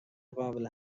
قابل